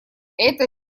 это